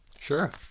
sure